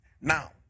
Now